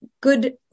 good